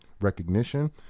recognition